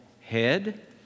head